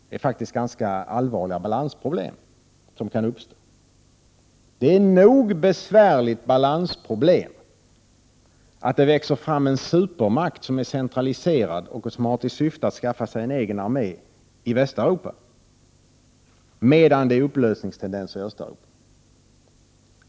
Det kan faktiskt uppstå ganska allvarliga balansproblem. Det innebär nog så allvarliga balansproblem att det växer fram en supermakt, som är centraliserad och som har till syfte att skaffa sig en egen armé i Västeuropa, medan det råder upplösningstendenser i Östeuropa.